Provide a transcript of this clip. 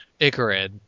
Icarid